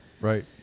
right